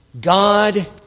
God